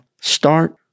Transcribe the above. Start